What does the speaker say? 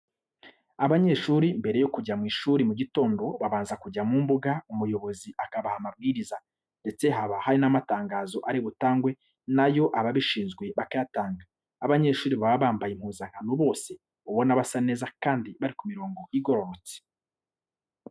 Abanyeshuri mbere yo kujya mu ishuri mu gitondo, babanza kujya mu mbuga umuyobozi akabaha amabwiriza, ndetse haba hari n'amatangazo ari butangwe na yo ababishinzwe bakayatanga. Abanyeshuri baba bambaye impuzankano bose, ubona basa neza kandi bari ku mirongo igororotse.